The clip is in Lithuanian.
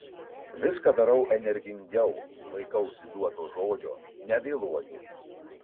viską darau energingiau laikausi duoto žodžio nevėluoju